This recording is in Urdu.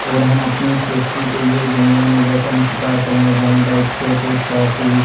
اور ہم اپنی سیفٹی کے لیے جنگل میں جیسے ہم شکار کرنے جائیں بائک سے تو چاقو